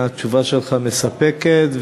התשובה שלך מספקת,